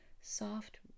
soft